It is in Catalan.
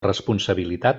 responsabilitat